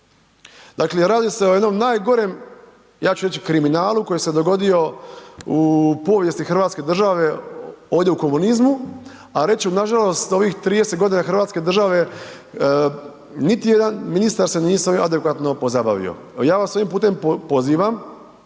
Dakle, radi se o jednom najgorem, ja ću reći, kriminalu koji se dogodio u povijesti hrvatske države ovdje u komunizmu, a reću nažalost ovih 30.g. hrvatske države niti jedan ministar se nije adekvatno pozabavio. Ja vas ovim putem pozivam